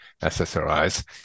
SSRIs